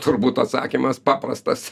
turbūt atsakymas paprastas